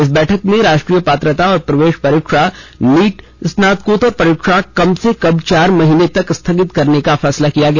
इस बैठक में राष्ट्रीय पात्रता और प्रवेश परीक्षा नीट स्नातकोत्तर परीक्षा कम से कम चार महीने तक स्थागित करने का फैसला किया गया